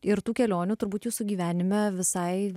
ir tų kelionių turbūt jūsų gyvenime visai